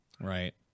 Right